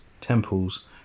temples